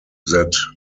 that